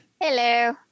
Hello